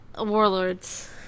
Warlords